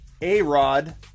A-Rod